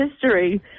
history